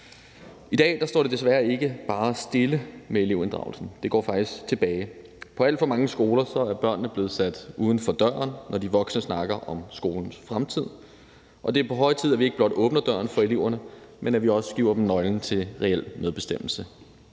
I dag står det desværre ikke bare stille med elevinddragelsen, men det går faktisk tilbage. På alt for mange skoler er børnene blevet sat uden for døren, når de voksne har snakket om skolens fremtid, og det er på høje tid, at vi ikke blot åbner døren for eleverne, men at vi også giver dem nøglen til reel medbestemmelse,